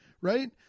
Right